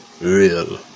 real